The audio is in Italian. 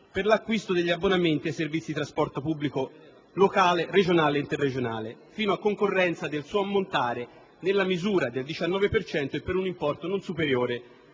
per l'acquisto degli abbonamenti ai servizi di trasporto pubblico locale, regionale ed interregionale, fino a concorrenza del suo ammontare nella misura del 19 per cento e per un importo non superiore